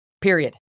period